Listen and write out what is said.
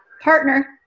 partner